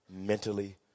mentally